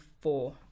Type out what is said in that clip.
four